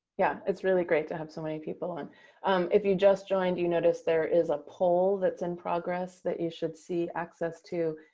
yeah, it's really great to have so many people, and if you just joined, you notice there is a poll that's in progress that you should see access to.